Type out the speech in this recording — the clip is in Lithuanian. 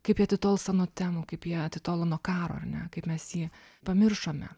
kaip jie atitolsta nuo temų kaip jie atitolo nuo karo ar ne kaip mes jį pamiršome